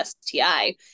STI